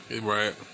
Right